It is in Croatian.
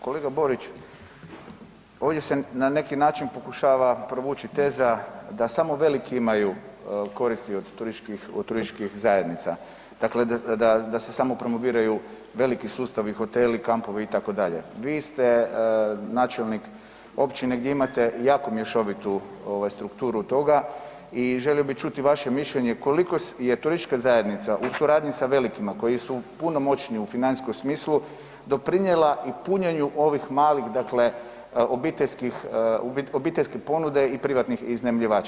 Kolega Borić ovdje se na neki način pokušava provući teza da samo veliki imaju koristi od turističkih zajednica, dakle da sa samo promoviraju veliki sustavi hoteli, kampovi itd., vi ste načelnik općine gdje imate jako mješovitu strukturu toga i želio bih čuti vaše mišljenje koliko je turistička zajednica u suradnji sa velikima koji su puno moćniji u financijskom smislu doprinijela i punjenju ovih malih obiteljskih ponuda i privatnih iznajmljivača.